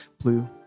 blue